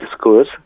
schools